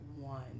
one